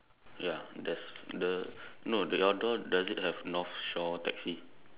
ya there's the no your door does it have North Shore taxi